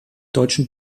deutschen